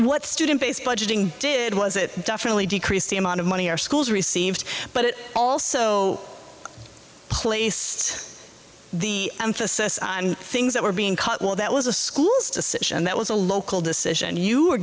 what student based budgeting did was it definitely decreased the amount of money our schools received but it also placed the emphasis on things that were being cut well that was a school's decision that was a local decision you